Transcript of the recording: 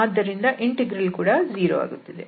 ಆದ್ದರಿಂದ ಇಂಟೆಗ್ರಲ್ ಕೂಡ 0 ಆಗುತ್ತದೆ